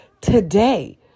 today